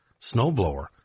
snowblower